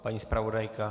Paní zpravodajka?